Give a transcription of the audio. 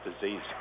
disease